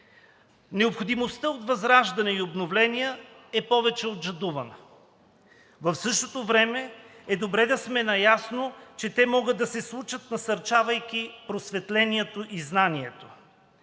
Необходимостта от възраждане и обновление е повече от жадувана. В същото време е добре да сме наясно, че те могат да се случат, насърчавайки просветлението и знанието.